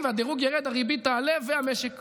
אני לנדל"ן בארץ לא נכנס עם הרגולציה.